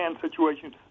situation